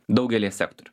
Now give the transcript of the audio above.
daugelyje sektorių